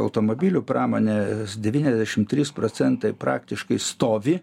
automobilių pramonė devyniasdešim trys procentai praktiškai stovi